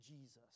Jesus